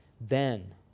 Then